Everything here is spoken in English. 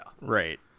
Right